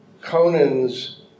Conan's